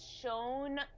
shown